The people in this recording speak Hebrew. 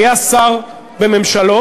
שהיה שר בממשלות,